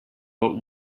but